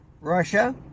Russia